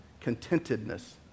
contentedness